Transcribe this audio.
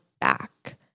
back